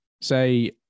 say